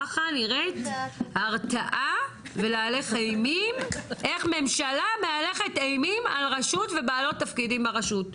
ככה נראית ההרתעה ואיך ממשלה מהלכת אימים על רשות ובעלות תפקידים ברשות.